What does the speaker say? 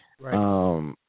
Right